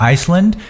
Iceland